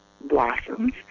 blossoms